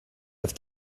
have